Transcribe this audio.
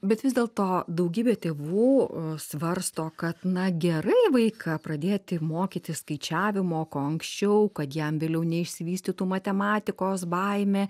bet vis dėlto daugybė tėvų svarsto kad na gerai vaiką pradėti mokytis skaičiavimo kuo anksčiau kad jam vėliau neišsivystytų matematikos baimė